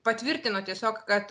patvirtino tiesiog kad